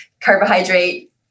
carbohydrate